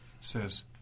says